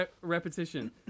repetition